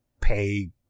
pay